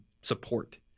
support